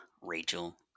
Rachel